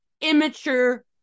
immature